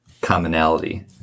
commonality